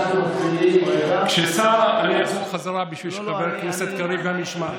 אני אחזור חזרה, בשביל שגם חבר הכנסת קריב ישמע.